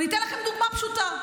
ואני אתן לכם דוגמה פשוטה: